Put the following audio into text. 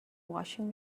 washing